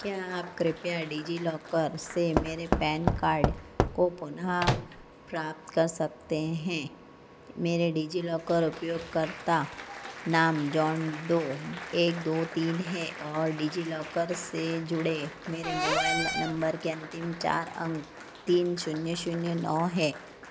क्या आप कृपया डिजिलॉकर से मेरे पैन कार्ड को पुनः प्राप्त कर सकते हैं मेरे डिजिलॉकर उपयोगकर्ता नाम जॉन डो एक दो तीन है और डिजिलॉकर से जुड़े मेरे मोबाइल नम्बर के अंतिम चार अंक तीन शून्य शून्य नौ है